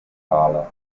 skala